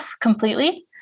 completely